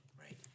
right